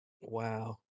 wow